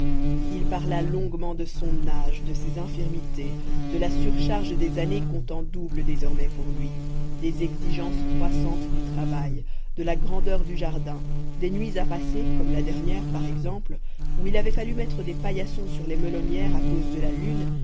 il parla longuement de son âge de ses infirmités de la surcharge des années comptant double désormais pour lui des exigences croissantes du travail de la grandeur du jardin des nuits à passer comme la dernière par exemple où il avait fallu mettre des paillassons sur les melonnières à cause de la lune